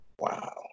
wow